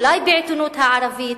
אולי בעיתונות הערבית,